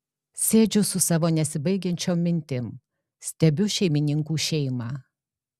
sėdžiu su savo nesibaigiančiom mintim stebiu šeimininkų šeimą